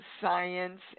science